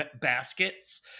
baskets